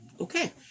Okay